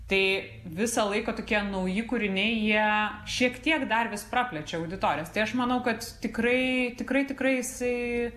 tai visą laiką tokie nauji kūriniai jie šiek tiek dar vis praplečia auditorijas tai aš manau kad tikrai tikrai tikrai jisai